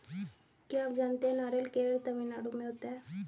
क्या आप जानते है नारियल केरल, तमिलनाडू में होता है?